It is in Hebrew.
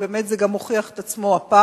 ובאמת זה גם הוכיח את עצמו הפעם.